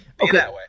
Okay